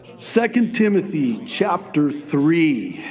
second timothy, chapter three,